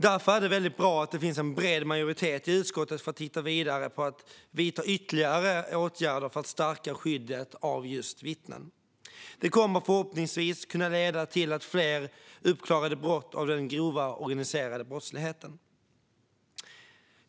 Därför är det väldigt bra att det finns en bred majoritet i utskottet för att titta vidare på ytterligare åtgärder för att stärka skyddet av vittnen. Det kommer förhoppningsvis att leda till fler uppklarade brott inom den grova organiserade brottsligheten.